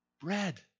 Bread